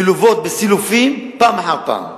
מלוות בסילופים, פעם אחר פעם.